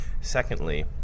Secondly